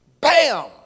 Bam